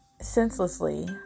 senselessly